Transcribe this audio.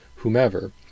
whomever